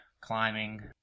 climbing